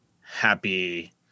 happy